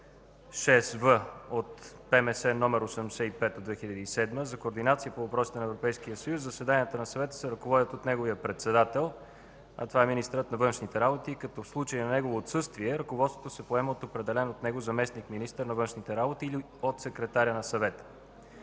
6в от ПМС № 85 от 2007 г. за координация по въпросите на Европейския съюз заседанията на Съвета се ръководят от неговия председател, а това е министърът на външните работи, като в случай на негово отсъствие ръководството се поема от определен от него заместник-министър на външните работи или от секретаря на Съвета.